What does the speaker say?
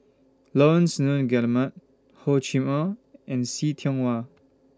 Laurence Nunns Guillemard Hor Chim Or and See Tiong Wah